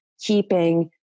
keeping